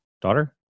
daughter